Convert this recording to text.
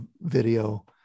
video